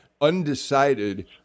undecided